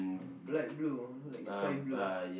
black blue like sky blue